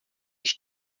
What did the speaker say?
již